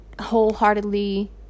wholeheartedly